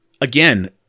again